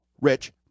rich